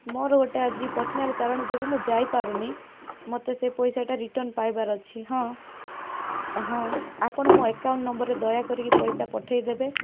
ମୋର ଗୋଟେ ଆଜି ପର୍ସନାଲ୍ କାରଣ ଯୋଗୁଁ ମୁଁ ଯାଇପାରୁନି ମତେ ସେ ପଇସାଟା ରିଟର୍ଣ୍ଣ ପାଇବାର ଅଛି ହଁ ହଁ ଆପଣ ମୋ ଏକାଉଣ୍ଟ୍ ନମ୍ବର୍ରେ ଦୟାକରି ପଇସା ପଠେଇ ଦେବେ